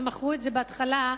ומכרו את זה בהתחלה,